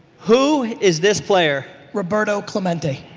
who is this player? roberto clemente.